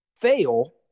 fail